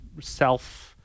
self